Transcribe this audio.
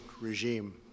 regime